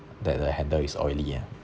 that the handle is oily ah